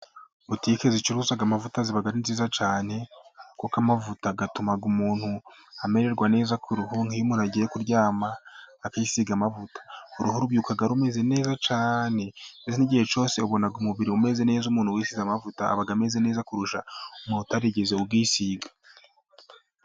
Butike zicuruza amavuta ziba ari nziza cyane kuko amavuta atuma umuntu amererwa neza kuru ruhu. Nk'iyo umuntu agiye kuryama akisiga amavuta k'uruhu abyuka ameze neza cyane mbese igihe cyose ubona umubiri umeze neza. Umuntu wisize amavuta aba ameze neza kurusha umuntu utarigeze uyisiga.